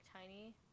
tiny